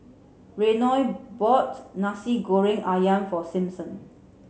Reynold bought nasi goreng ayam for Simpson